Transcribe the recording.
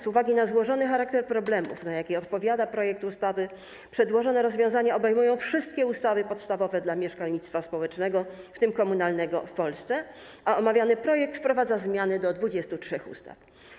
Z uwagi na złożony charakter problemów, na jakie odpowiada projekt ustawy, przedłożone rozwiązania obejmują wszystkie ustawy podstawowe dla mieszkalnictwa społecznego, w tym komunalnego, w Polsce, a omawiany projekt wprowadza zmiany do 23 ustaw.